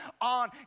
on